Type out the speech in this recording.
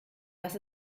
was